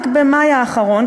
רק במאי באחרון,